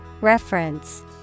Reference